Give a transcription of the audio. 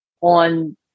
on